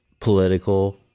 political